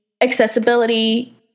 accessibility